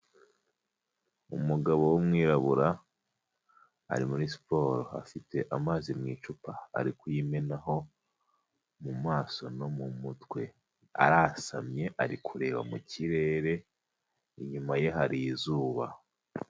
Umugabo w'umwirabura ari muri siporo afite amazi mu icupa ari kuyimenaho mu maso no mu mutwe arasamye ari kureba mu kirere inyuma ye hari izuba.